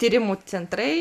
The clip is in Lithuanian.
tyrimų centrai